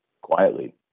quietly